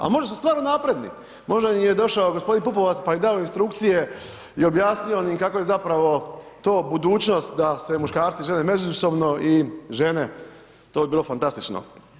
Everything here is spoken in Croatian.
A možda su stvarno napredni, možda im je došao gospodin Pupovac pa je dao instrukcije i objasnio im kako je zapravo to budućnost da se muškarci žene međusobno, i žene, to bi bilo fantastično.